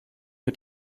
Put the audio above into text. mit